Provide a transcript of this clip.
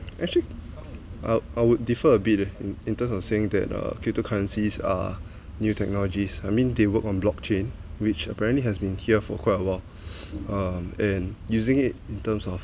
actually I'd I'd differ a bit eh in terms of saying that uh okay cryptocurrencies are new technologies I mean they work on blockchain which apparently has been here for quite awhile and using it in terms of